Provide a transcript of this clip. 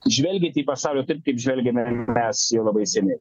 žvelgiat į pasaulį taip kaip žvelgiame mes jau labai seniai